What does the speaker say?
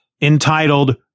entitled